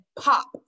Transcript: pop